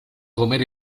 comer